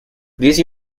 these